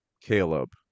Caleb